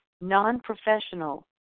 non-professional